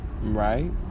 right